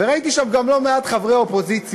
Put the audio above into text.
וראיתי שם גם לא מעט חברי אופוזיציה